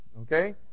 Okay